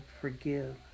forgive